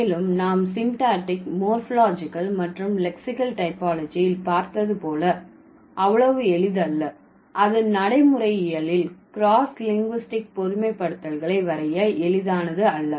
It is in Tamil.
மேலும் நாம் சின்டாடிக் மோர்போலொஜிக்கல் மற்றும் லெக்சிகள் டைபாலஜியில் பார்த்தது போல அவ்வளவு எளிதல்ல அது நடைமுறையியலில் கிராஸ் லிங்குஸ்டிக் பொதுமைப்படுத்தல்களை வரைய எளிதானது அல்ல